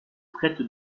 traite